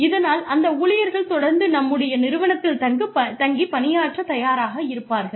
இதனால் அந்த ஊழியர்கள் தொடர்ந்து நம்முடைய நிறுவனத்தில் தங்கி பணியாற்றத் தயாராக இருப்பார்கள்